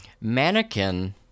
Mannequin